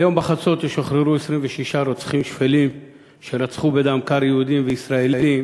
היום בחצות ישוחררו 26 רוצחים שפלים שרצחו בדם קר יהודים וישראלים